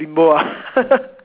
bimbo ah